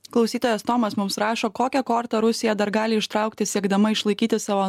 klausytojas tomas mums rašo kokią kortą rusija dar gali ištraukti siekdama išlaikyti savo